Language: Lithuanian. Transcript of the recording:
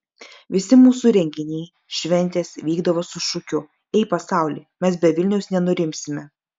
visi mūsų renginiai šventės vykdavo su šūkiu ei pasauli mes be vilniaus nenurimsime